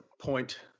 point –